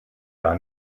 gar